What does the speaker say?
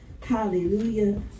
hallelujah